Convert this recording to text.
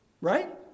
right